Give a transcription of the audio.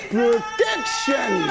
protection